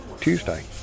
Tuesday